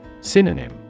Synonym